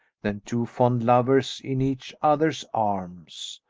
than two fond lovers in each others' arms,